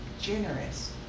generous